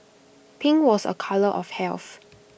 pink was A colour of health